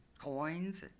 coins